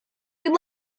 good